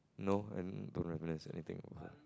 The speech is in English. no I don't recognise anything